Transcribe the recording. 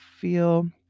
feel